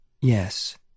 yes